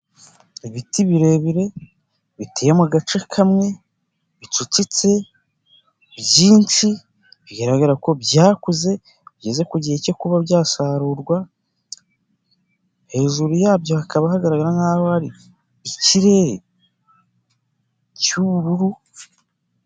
Ibiti birebire, biteye mu gace kamwe, bicecitse, byinshi, bigaragara ko byakuze, bigeze ku gihe cyo kuba byasarurwa, hejuru yabyo hakaba hagaragara nkaho hari ikirere cy'ubururu.